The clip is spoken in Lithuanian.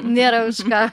nėra už ką